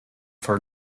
for